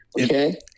Okay